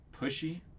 pushy